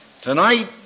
tonight